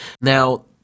Now